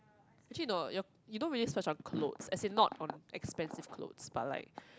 actually no you don't really search on clothes as in not on expensive clothes but like